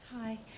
Hi